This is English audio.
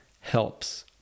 helps